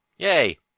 Yay